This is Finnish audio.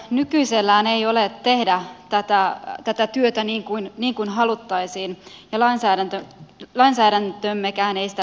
nykyisellään ei ole resursseja tehdä tätä työtä niin kuin haluttaisiin ja lainsäädäntömmekään ei sitä tue